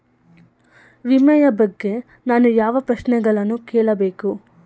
ವಿಮೆಯ ಬಗ್ಗೆ ನಾನು ಯಾವ ಪ್ರಶ್ನೆಗಳನ್ನು ಕೇಳಬೇಕು?